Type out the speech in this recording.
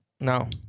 no